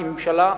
כממשלה,